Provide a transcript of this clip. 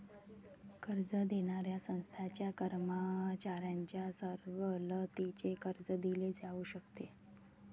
कर्ज देणाऱ्या संस्थांच्या कर्मचाऱ्यांना सवलतीचे कर्ज दिले जाऊ शकते